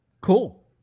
Cool